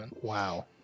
Wow